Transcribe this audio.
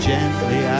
Gently